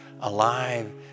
alive